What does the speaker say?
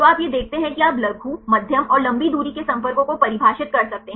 आप यह देखते हैं कि आप लघु मध्यम और लंबी दूरी के संपर्कों को परिभाषित कर सकते हैं